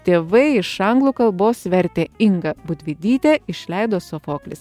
tėvai iš anglų kalbos vertė inga būdvidytė išleido sofoklis